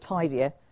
tidier